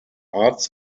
arts